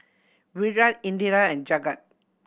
Virat Indira and Jagat